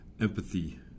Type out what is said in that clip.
empathy